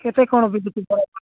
କେତେ କ'ଣ ବିକୁଛୁ ଆଡ଼େ